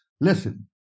listen